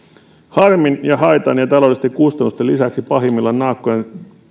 harmin haitan ja taloudellisten kustannusten lisäksi pahimmillaan naakkojen